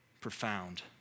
profound